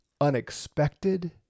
unexpected